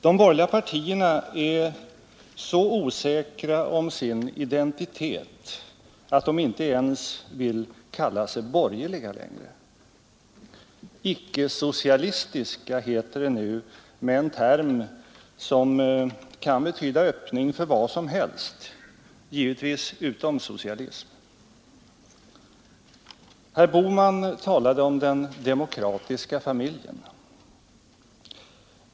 De borgerliga partierna är så osäkra om sin identitet att de inte ens vill kalla sig borgerliga längre. ”Icke socialistiska” heter det nu med en term som kan betyda öppning för vad som helst givetvis utom socialism. Herr Bohman talade om den demokratiska familjen.